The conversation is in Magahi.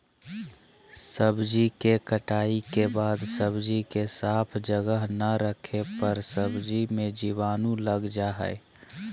सब्जी के कटाई के बाद सब्जी के साफ जगह ना रखे पर सब्जी मे जीवाणु लग जा हय